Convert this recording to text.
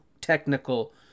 technical